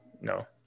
no